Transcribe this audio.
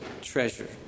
treasure